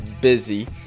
busy